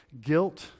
Guilt